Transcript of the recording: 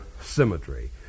symmetry